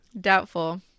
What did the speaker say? Doubtful